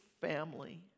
family